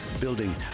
building